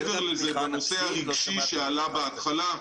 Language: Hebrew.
מעבר לזה, בנושא הרגשי שעלה בהתחלה,